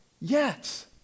Yes